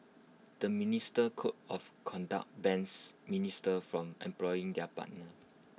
the ministerial code of conduct bans ministers from employing their partner